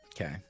Okay